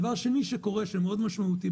דבר שני שקורה והוא משמעותי מאוד,